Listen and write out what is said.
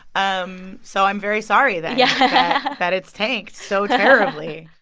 um so i'm very sorry, then, yeah that it's tanked so terribly